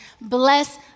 bless